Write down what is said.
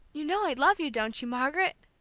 you know i love you, don't you margaret?